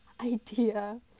idea